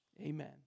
Amen